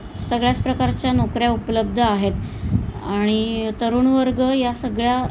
सगळ्याच प्रकारच्या नोकऱ्या उपलब्ध आहेत आणि तरुणवर्ग या सगळ्या